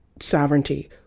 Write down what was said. sovereignty